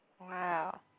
wow